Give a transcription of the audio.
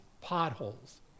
potholes